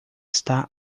está